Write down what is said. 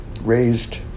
raised